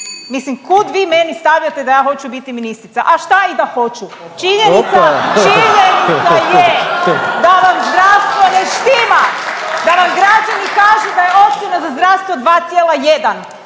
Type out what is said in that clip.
mislim kud vi meni stavljate da ja hoću biti ministrica, a šta i da hoću? Činjenica, činjenica je da vam zdravstvo ne štima, da vam građani kažu da je ocjena za zdravstvo 2,1. Danas